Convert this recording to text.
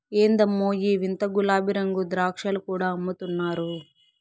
ఎందమ్మో ఈ వింత గులాబీరంగు ద్రాక్షలు కూడా అమ్ముతున్నారు